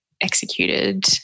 executed